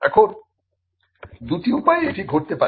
এখন দুটি উপায়ে এটি ঘটতে পারে